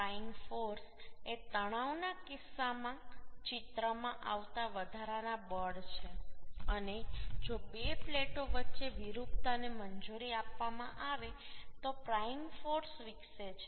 prying force એ તણાવના કિસ્સામાં ચિત્રમાં આવતા વધારાના બળ છે અને જો બે પ્લેટો વચ્ચે વિરૂપતાને મંજૂરી આપવામાં આવે તો પ્રાઈંગ ફોર્સ વિકસે છે